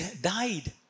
died